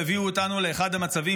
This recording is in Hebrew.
והביאו אותנו לאחד המצבים,